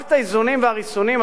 ומערכת האיזונים והריסונים,